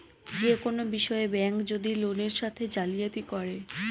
যে কোনো বিষয়ে ব্যাঙ্ক যদি লোকের সাথে জালিয়াতি করে